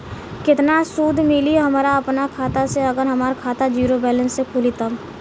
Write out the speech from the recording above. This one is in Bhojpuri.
केतना सूद मिली हमरा अपना खाता से अगर हमार खाता ज़ीरो बैलेंस से खुली तब?